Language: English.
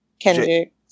Kendrick